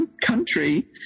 country